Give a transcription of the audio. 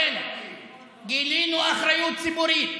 כלום לא הייתם מקבלים.